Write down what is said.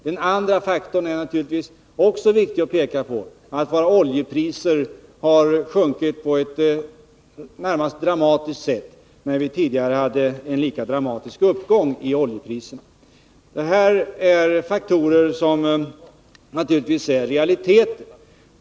Den andra faktorn är naturligtvis också viktig att peka på, nämligen att oljepriserna har sjunkit på ett närmast dramatiskt sätt, medan vi tidigare hade en lika dramatisk uppgång. Det här är faktorer som naturligtvis är realiteter.